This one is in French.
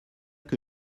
que